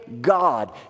God